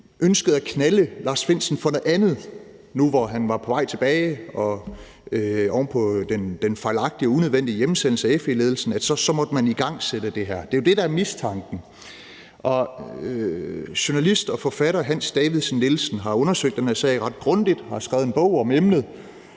ønskede at knalde Lars Findsen for noget andet nu, hvor han var på vej tilbage oven på den fejlagtige og unødvendige hjemsendelse af FE-ledelsen, så måtte man igangsætte det her. Det er jo det, der er mistanken. Journalist og forfatter Hans Davidsen-Nielsen undersøgt den her sag ret grundigt og har skrevet en bog om emnet,